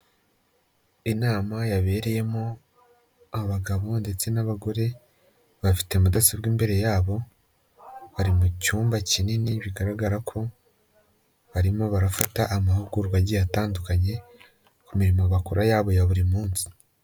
Inama yabereyemo abagabo ndetse n'abagore bafite mudasobwa imbere yabo, bari mu cyumba kinini bigaragara ko barimo barafata amahugurwa agiye atandukanye ku mirimo bakora yabo ya buri munsi.